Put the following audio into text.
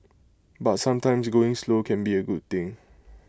but sometimes going slow can be A good thing